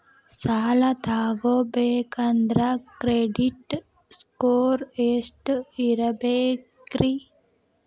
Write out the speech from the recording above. ಸಾಲ ತಗೋಬೇಕಂದ್ರ credit score ಎಷ್ಟ ಇರಬೇಕ್ರಿ?